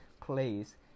please